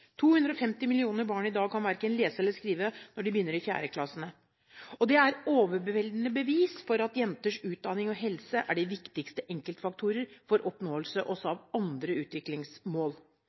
250 millioner barn i dag kan verken lese eller skrive når de begynner i fjerde klasse. Det er et overveldende bevis for at jenters utdanning og helse er de viktigste enkeltfaktorer for oppnåelse også av andre utviklingsmål.